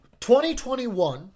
2021